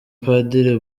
padiri